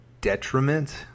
detriment